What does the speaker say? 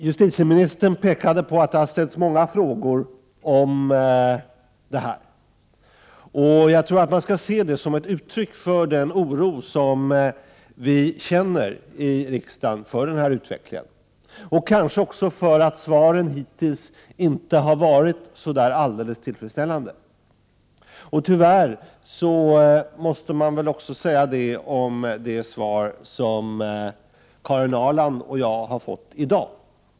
Justitieministern pekade på att det har ställts många frågor om våldet. Jag tror att man skall se det som ett uttryck för den oro som vi i riksdagen känner för denna utveckling — kanske också för att svaren hittills inte har varit så tillfredsställande. Tyvärr måste man säga det också om det svar som Karin Ahrland och jag har fått i dag.